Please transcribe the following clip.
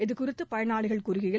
இதுகுறித்து பயனாளிகள் கூறுகையில்